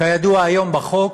כידוע, היום בחוק